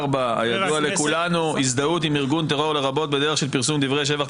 הידוע לכולנו: הזדהות עם ארגון טרור לרבות בדרך של פרסום דברי שבח,